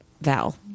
Val